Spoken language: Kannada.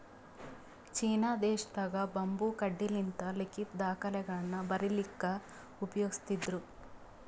ಚೀನಾ ದೇಶದಾಗ್ ಬಂಬೂ ಕಡ್ಡಿಲಿಂತ್ ಲಿಖಿತ್ ದಾಖಲೆಗಳನ್ನ ಬರಿಲಿಕ್ಕ್ ಉಪಯೋಗಸ್ತಿದ್ರು